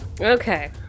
Okay